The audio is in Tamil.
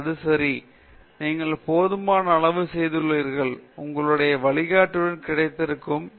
அது சரி நீங்கள் போதுமான அளவு செய்துள்ளீர்கள் உங்களுடைய வழிகாட்டியுடன் கிடைத்திருக்கிறீர்கள் நீங்கள் கிடைத்திருக்கிறீர்கள்